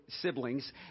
siblings